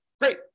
Great